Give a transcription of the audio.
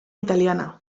italiana